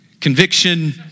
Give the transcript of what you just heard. Conviction